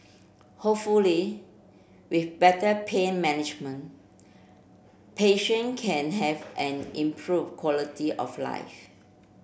hopefully with better pain management patient can have an improved quality of life